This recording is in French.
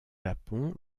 japon